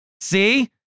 See